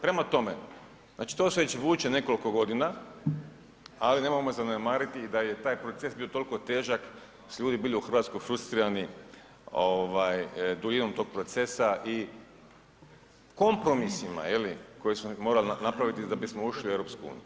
Prema tome, znači to se već vuče nekoliko godina, ali nemojmo zanemariti da je taj proces bio toliko težak jer su ljudi bili u RH frustrirani ovaj duljinom tog procesa i kompromisima je li koje smo morali napraviti da bismo ušli u EU.